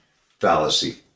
fallacy